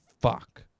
fuck